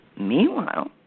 Meanwhile